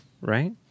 Right